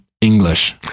English